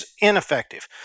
ineffective